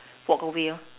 walk away lor